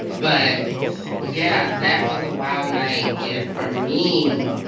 but yeah. that was a wild night. and for me,